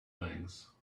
things